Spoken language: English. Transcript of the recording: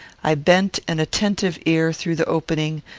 i bent an attentive ear through the opening,